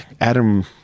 Adam